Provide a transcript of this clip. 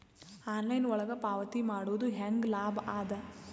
Online ಒಳಗ ಪಾವತಿ ಮಾಡುದು ಹ್ಯಾಂಗ ಲಾಭ ಆದ?